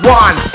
one